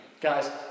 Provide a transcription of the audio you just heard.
Guys